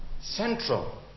central